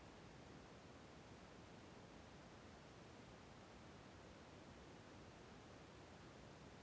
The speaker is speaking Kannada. ಸರ್ ನನ್ನ ಅಕೌಂಟ್ ನಂಬರ್ ಮರೆತುಹೋಗಿದೆ ಹೇಗೆ ತಿಳಿಸುತ್ತಾರೆ?